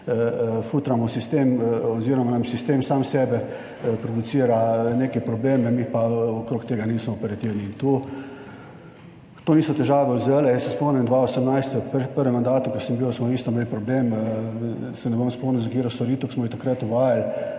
"futramo" sistem oziroma nam sistem sam sebe producira neke probleme, mi pa okrog tega nismo operativni in tu, to niso težave zdajle, jaz se spomnim 2018, v prvem mandatu, ko sem bil, smo isto imeli problem, se ne bom spomnil za katero storitev, ki smo jo takrat uvajali,